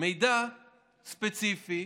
מידע ספציפי